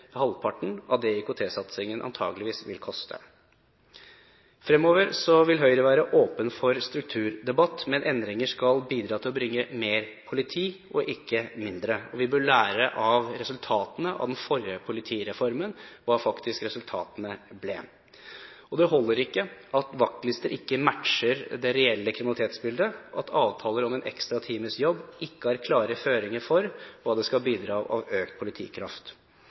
halvparten av det IKT-satsingen antakelig vil koste oss. Fremover vil Høyre være åpen for strukturdebatt, men endringer skal bidra til å bringe mer politi, og ikke mindre. Vi bør lære av resultatene av den forrige politireformen, hva resultatene faktisk ble. Det holder ikke at vaktlister ikke matcher det reelle kriminalitetsbildet, og at avtaler om en ekstra times jobb ikke har klare føringer for hva det skal bidra til av økt politikraft.